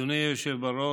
אדוני היושב בראש,